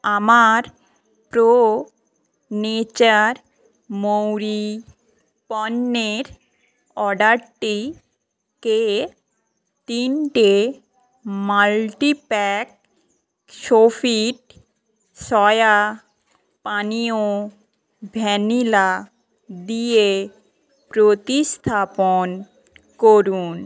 আমার pro nature মৌরি পণ্যের অর্ডারটিকে তিনটে মাল্টি প্যাক সোফিট সয়া পানীয় ভ্যানিলা দিয়ে প্রতিস্থাপন করুন